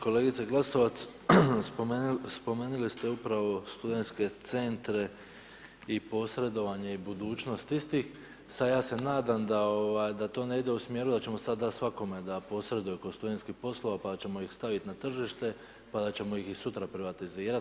Kolegice Glasovac spomenuli ste upravo studentske centre i posredovanje i budućnost istih sa ja se nadam da to ne ide u smjeru da ćemo sada dati svakome da posreduje oko studentskih poslova pa ćemo ih staviti na tržište pa da ćemo ih i sutra privatizirati.